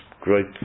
great